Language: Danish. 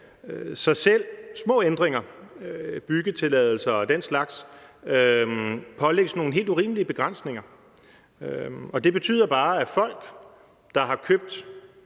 så selv små ændringer, byggetilladelser og den slags, pålægges nogle helt urimelige begrænsninger. Det betyder bare, at der er folk, som har købt